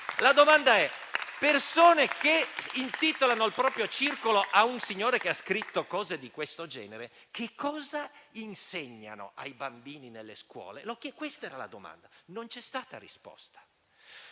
la seguente: persone che intitolano il proprio circolo a un signore che ha scritto cose di questo genere che cosa insegnano ai bambini nelle scuole? Questa era la domanda: non c'è stata risposta.